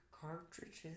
cartridges